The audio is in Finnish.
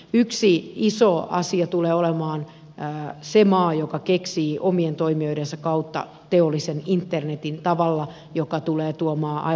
yksi iso asia tulee olemaan ja simaa joka keksii omien toimijoidensa kautta teollisen internetin tavalla joka tulee tuomaan